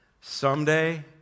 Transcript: Someday